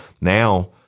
Now